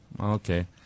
Okay